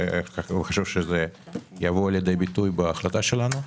ושזה יבוא לידי ביטוי בהחלטה שלנו.